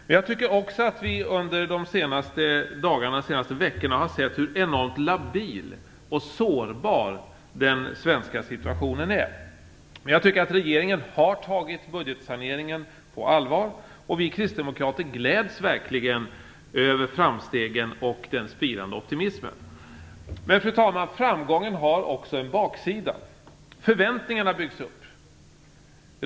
Men jag tycker också att vi under de senaste veckorna har sett hur enormt labil och sårbar den svenska situationen är. Regeringen har dock tagit budgetsaneringen på allvar, och vi kristdemokrater gläds verkligen över framstegen och den spirande optimismen. Men, fru talman, framgången har också en baksida. Förväntningarna byggs upp.